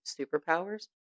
superpowers